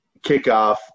kickoff